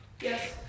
Yes